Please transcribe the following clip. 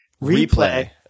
Replay